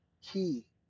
key